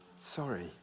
Sorry